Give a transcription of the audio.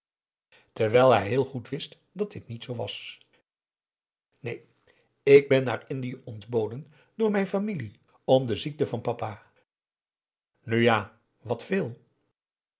terwijl hij heel goed wist dat dit niet zoo was neen ik ben naar indië ontboden door mijn familie om de ziekte van papa nu ja wat veel